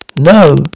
No